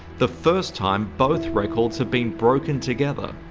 the first time both records have been broken together.